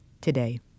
today